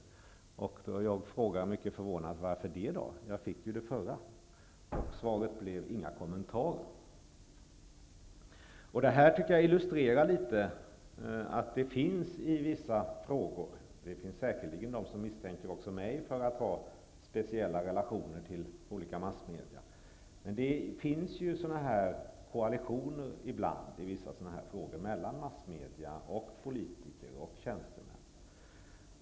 Jag frågade mycket förvånat: Varför inte då? Jag fick ju det förra. Svaret blev: Inga kommentarer. Det här tycker jag illustrerar att det ibland i vissa frågor finns koalitioner mellan massmedia och politiker och tjänstemän. Det finns säkerligen de som misstänker också mig för att ha speciella relationer till olika massmedia.